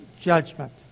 judgment